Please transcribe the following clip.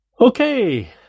okay